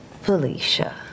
Felicia